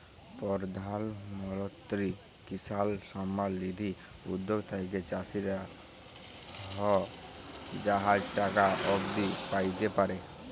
পরধাল মলত্রি কিসাল সম্মাল লিধি উদ্যগ থ্যাইকে চাষীরা ছ হাজার টাকা অব্দি প্যাইতে পারে